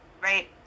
right